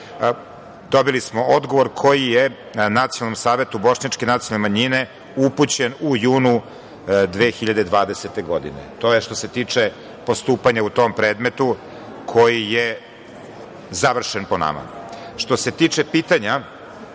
dobili smo odgovor koji je Nacionalnom savetu bošnjačke nacionalne manjine upućen u junu 2020. godine. To je što se tiče postupanja u tom predmetu koji je završen po nama. Što se tiče pitanja